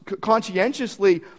conscientiously